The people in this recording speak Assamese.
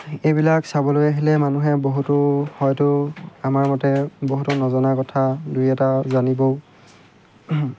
এইবিলাক চাবলৈ আহিলে মানুহে বহুতো হয়তো আমাৰ মতে বহুতো নজনা কথা দুই এটা জানিবও